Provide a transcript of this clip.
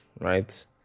right